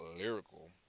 lyrical